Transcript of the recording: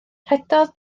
rhedodd